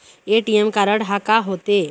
ATM card हा का होते?